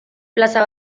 plaza